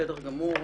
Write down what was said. בסדר גמור.